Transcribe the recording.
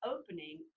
opening